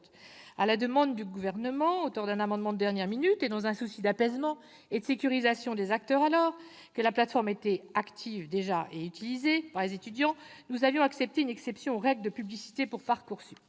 À la demande du Gouvernement, auteur d'un amendement de dernière minute, et dans un souci d'apaisement et de sécurisation des acteurs, alors que la plateforme était déjà active et utilisée par les étudiants, nous avions accepté une exception aux règles de publicité pour Parcoursup.